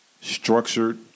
structured